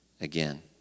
again